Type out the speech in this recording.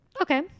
Okay